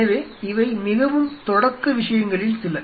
எனவே இவை மிகவும் தொடக்க விஷயங்களில் சில